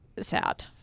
sad